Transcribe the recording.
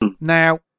Now